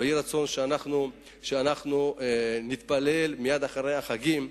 ויהי רצון שנתפלל ומייד אחרי החגים,